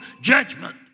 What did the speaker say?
judgment